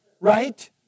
right